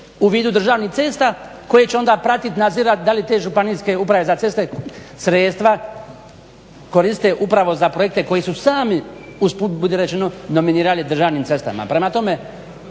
u vidu državnih cesta koji će onda pratiti, nadzirati da li te županijske uprave za ceste sredstva koriste upravo za projekte koji su sami uz put budi rečeno nominirali državnim cestama. Prema tome